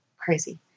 crazy